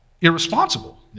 irresponsible